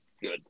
Good